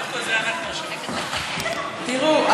תראו,